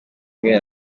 bamwe